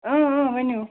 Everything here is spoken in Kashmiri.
اۭں اۭں ؤنِو